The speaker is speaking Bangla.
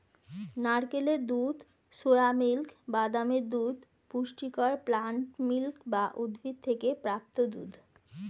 নারকেলের দুধ, সোয়া মিল্ক, বাদামের দুধ পুষ্টিকর প্লান্ট মিল্ক বা উদ্ভিদ থেকে প্রাপ্ত দুধ